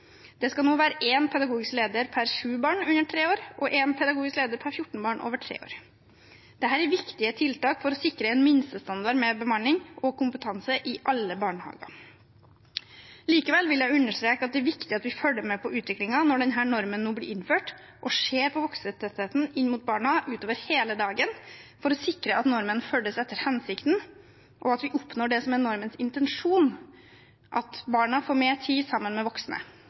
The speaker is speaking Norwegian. Det skal nå være én pedagogisk leder per sju barn under tre år og én pedagogisk leder per fjorten barn over tre år. Dette er viktige tiltak for å sikre en minstestandard med bemanning og kompetanse i alle barnehager. Likevel vil jeg understreke at det er viktig at vi følger med på utviklingen når denne normen nå blir innført, og ser på voksentettheten inn mot barna utover hele dagen, for å sikre at normen følges etter hensikten, og at vi oppnår det som er normens intensjon – at barna får mer tid sammen med voksne.